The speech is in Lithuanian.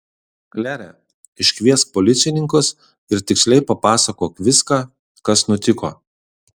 klere iškviesk policininkus ir tiksliai papasakok viską kas nutiko